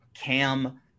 Cam